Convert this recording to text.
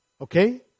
Okay